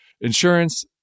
insurance